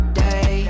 day